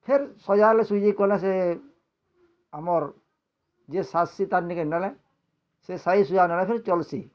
ଫେର୍ ସଜାଲ୍ ସୁଜି କଲେ ସେଁ ଆମର୍ ଯେ ଶାଜସି ତାର୍ ନିକେ ନେଲେ ସେ ସାଇସୁଜା ନେଲାକିର୍ ଚଲସି